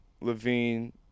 Levine